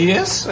Yes